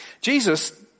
Jesus